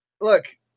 look